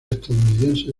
estadounidense